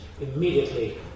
immediately